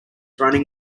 running